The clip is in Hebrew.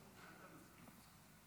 אדוני היושב-ראש,